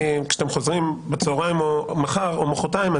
כשאתם חוזרים בצהריים או מחר או מחרתיים,